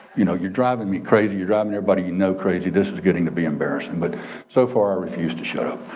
you know you're driving me crazy, you're driving everybody but you know crazy. this is getting to be embarrassing. but so far, i refuse to shut up.